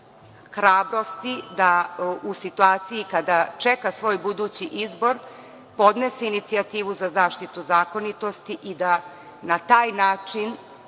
hrabrosti da u situaciji kada čeka svoj budući izbor podnese inicijativu za zaštitu zakonitosti i da na taj način